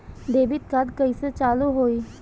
Debit card कइसे चालू होई?